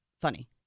funny